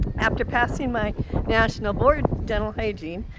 after passing my national board dental hygiene,